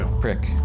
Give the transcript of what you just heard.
prick